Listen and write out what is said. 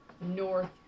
north